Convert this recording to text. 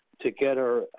together